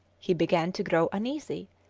he began to grow uneasy,